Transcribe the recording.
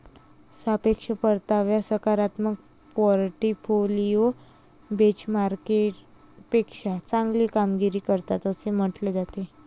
सापेक्ष परतावा सकारात्मक पोर्टफोलिओ बेंचमार्कपेक्षा चांगली कामगिरी करतात असे म्हटले जाते